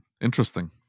Interesting